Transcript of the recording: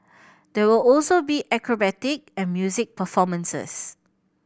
there will also be acrobatic and music performances